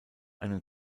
einen